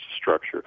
structure